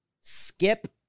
Skip